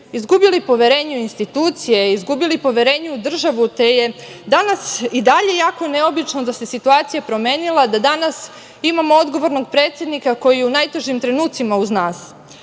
izgubili poverenje u institucije, izgubili poverenje u državu, te je danas i dalje jako neobično da se situacija promenila, da danas imamo odgovornog predsednika koji je u najtežim trenucima uz nas